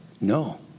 No